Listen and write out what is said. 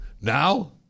Now